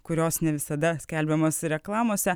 kurios ne visada skelbiamos reklamose